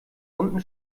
unten